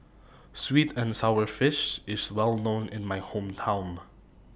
Sweet and Sour Fish IS Well known in My Hometown